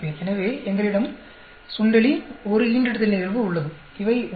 எனவே எங்களிடம் சுண்டெலி ஒரு ஈன்றெடுத்தல் நிகழ்வு உள்ளது இவை உணவு